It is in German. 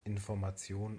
information